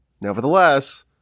Nevertheless